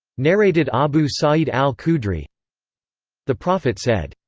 narrated abu sa'id al-khudri the prophet said,